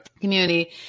Community